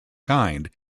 kind